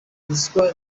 ruswa